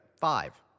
five